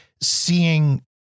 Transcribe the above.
seeing